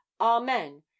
Amen